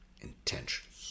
intentions